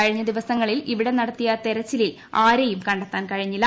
കഴിഞ്ഞ ദിവസങ്ങളിൽ ഇവിടെ നട്ടത്തീയി തിരച്ചതലിൽ ആരേയും കത്തൊൻ കഴിഞ്ഞില്ല